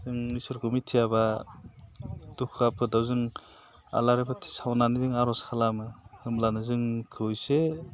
जों इसोरखौ मिथियाब्ला दुखु आफोदाव जों आलारि बाथि सावनानै जों आर'ज खालामो होनब्लानो जोंखौ एसे